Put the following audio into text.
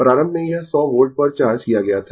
प्रारंभ में यह 100 वोल्ट पर चार्ज किया गया था